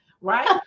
Right